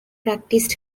practised